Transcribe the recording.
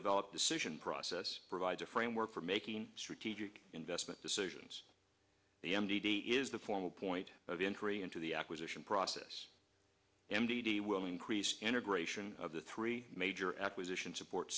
developed decision process provides a framework for making strategic investment decisions the m t d is the form point of entry into the acquisition process m d t willing crease integration of the three major acquisition support